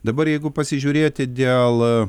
dabar jeigu pasižiūrėti dėl